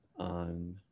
On